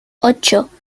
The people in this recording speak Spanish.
ocho